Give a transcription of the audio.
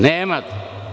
Nemate.